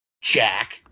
Jack